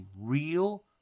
real